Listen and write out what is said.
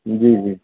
जी जी